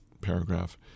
paragraph